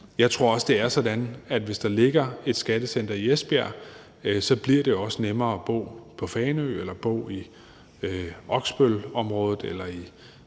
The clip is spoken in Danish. jeg tror, at det er sådan, at hvis der ligger et skattecenter i Esbjerg, så bliver det også nemmere at bo på Fanø eller bo i Oksbølområdet eller i